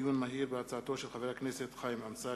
הצעתו של חבר הכנסת חיים אמסלם.